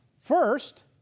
First